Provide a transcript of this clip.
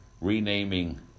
renaming